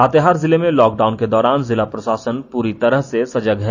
लातेहार जिले में लॉकडाउन के दौरान जिला प्रषासन पूरी तरह से सजग है